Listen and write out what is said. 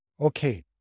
Okay